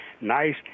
Nice